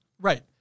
Right